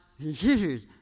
Jesus